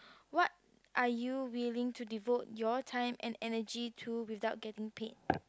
what are you willing to devote your time and energy to without getting paid